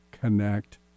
connect